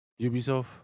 Ubisoft